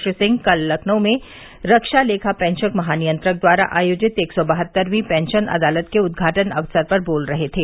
श्री सिंह कल लखनऊ में रक्षा लेखा पेंशन महानियंत्रक द्वारा आयोजित एक सौ बहत्तरवीं पेंशन अदालत के उद्घाटन अवसर पर बोल रहे थे